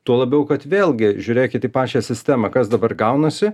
tuo labiau kad vėlgi žiūrėkit į pačią sistemą kas dabar gaunasi